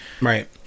Right